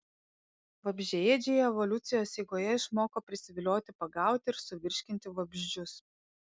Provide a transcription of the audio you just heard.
vabzdžiaėdžiai evoliucijos eigoje išmoko prisivilioti pagauti ir suvirškinti vabzdžius